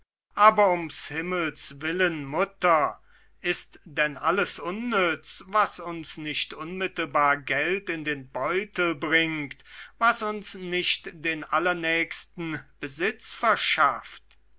aber um s himmels willen mutter ist denn alles unnütz was uns nicht unmittelbar geld in den beutel bringt was uns nicht den allernächsten besitz verschafft